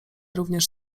również